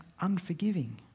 unforgiving